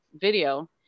video